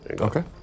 Okay